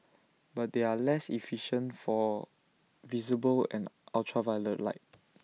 but they are less efficient for visible and ultraviolet light